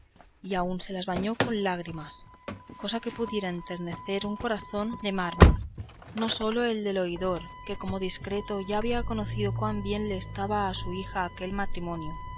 y aun se las bañó con lágrimas cosa que pudiera enternecer un corazón de mármol no sólo el del oidor que como discreto ya había conocido cuán bien le estaba a su hija aquel matrimonio